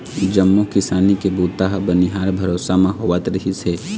जम्मो किसानी के बूता ह बनिहार भरोसा म होवत रिहिस हे